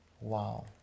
Wow